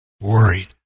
worried